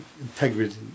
integrity